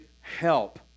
help